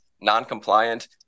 non-compliant